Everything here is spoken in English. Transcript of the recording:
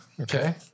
Okay